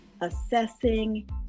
assessing